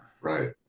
Right